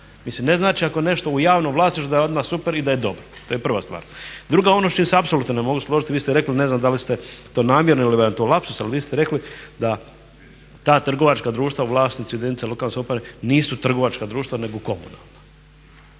Mislim ne znači ako je nešto u javnom vlasništvu da je odmah super i da je dobro to je prva stvar. Druga, ono s čim se apsolutno ne mogu složiti vi ste rekli, ne znam da li ste to namjerno ili vam je to lapsus, ali vi ste rekli da ta trgovačka društva u vlasništvu jedinica lokalne samouprave nisu trgovačka društva nego komunalna.